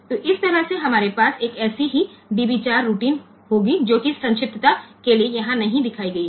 तो इस तरह से हमारे पास एक ऐसी ही db 4 रूटीन होगी जो कि संक्षिप्तता के लिए यहाँ नहीं दिखाई गई है